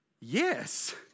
yes